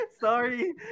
Sorry